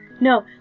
No